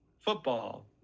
football